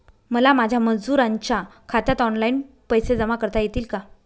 मला माझ्या मजुरांच्या खात्यात ऑनलाइन पैसे जमा करता येतील का?